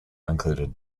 included